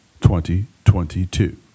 2022